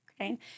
Okay